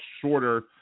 shorter